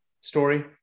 story